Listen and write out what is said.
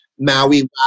Maui